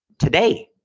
today